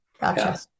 Gotcha